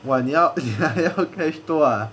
!wah! 你要 你还要 cash two ah